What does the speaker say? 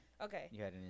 Okay